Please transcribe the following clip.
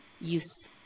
use